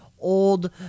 old